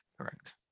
Correct